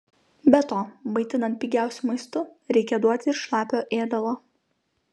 be to maitinant pigiausiu maistu reikia duoti ir šlapio ėdalo